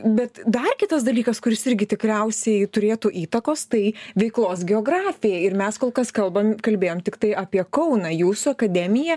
bet dar kitas dalykas kuris irgi tikriausiai turėtų įtakos tai veiklos geografija ir mes kol kas kalbam kalbėjom tiktai apie kauną jūsų akademija